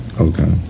okay